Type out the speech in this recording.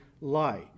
lie